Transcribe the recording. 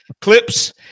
clips